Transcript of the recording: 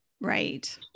Right